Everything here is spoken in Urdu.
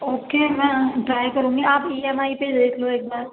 اوکے میں ٹرائی کروں گی آپ ای ایم آئی پہ دیکھ لو ایک بار